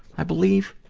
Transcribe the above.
i believe.